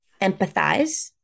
empathize